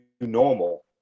normal